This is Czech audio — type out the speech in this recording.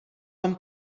tom